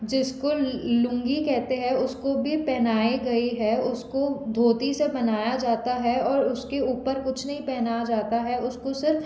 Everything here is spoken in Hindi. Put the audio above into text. जिसको लुंगी कहते हैं उसको भी पहनाई गई हैं उसको धोती सा पहनाया जाता है और उसके उपर कुछ नही पहना जाता हैं उसको सिर्फ़